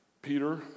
Peter